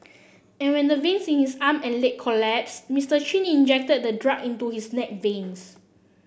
and when the veins in his arm and leg collapsed Mister Chin injected the drug into his neck veins